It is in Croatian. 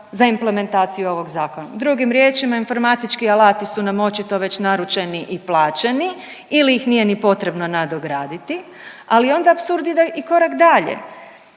za implementaciju ovog zakona. Drugim riječima informatički alati su nam očito već naručeni i plaćeni ili ih nije ni potrebno nadograditi, ali onda apsurd ide i korak dalje.